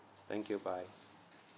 thank you bye